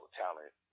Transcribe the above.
talent